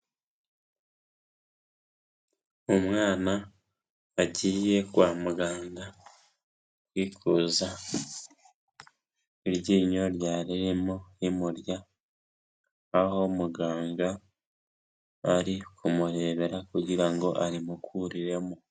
Umwana agiye kwa muganga kwikuza iryinyo ryari ririmo rimurya, aho muganga ari kumurebera kugira ngo arimukuriremo.